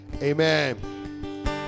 amen